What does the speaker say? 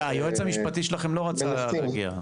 היועצת המשפטית שלכם לא רצתה להגיע.